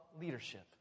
leadership